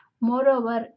moreover